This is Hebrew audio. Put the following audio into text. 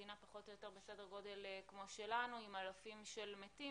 מדינה פחות או יותר בסדר גודל כמו שלנו עם אלפים של מתים